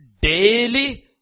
daily